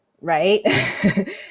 right